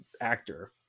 actor